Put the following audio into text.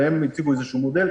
והם הציגו איזה שהוא מודל,